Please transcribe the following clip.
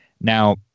Now